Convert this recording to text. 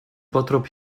bottrop